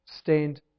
stained